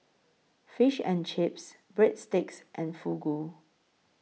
Fish and Chips Breadsticks and Fugu